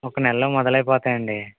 ఒక నెలలో మొదలైపోతాయి అండి